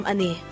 Ani